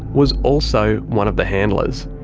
was also one of the handlers.